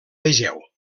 vegeu